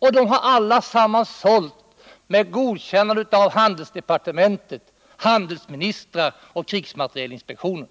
Samtliga vapen har sålts efter godkännande av handelsdepartementet, handelsministrar och krigsmaterielinspektionen.